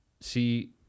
see